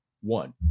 One